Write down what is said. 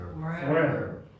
Forever